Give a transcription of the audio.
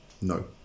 No